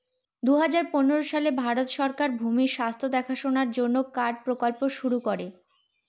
দুই হাজার পনেরো সালে ভারত সরকার ভূমির স্বাস্থ্য দেখাশোনার জন্য কার্ড প্রকল্প শুরু করে